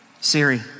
Siri